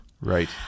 Right